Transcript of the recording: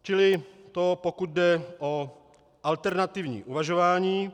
Čili to pokud jde o alternativní uvažování.